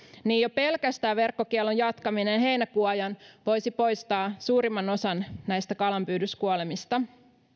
jo pelkästään verkkokiellon jatkaminen heinäkuun ajan voisi poistaa suurimman osan näistä kalanpyydyskuolemista